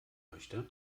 möchte